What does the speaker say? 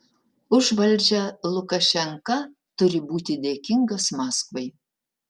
už valdžią lukašenka turi būti dėkingas maskvai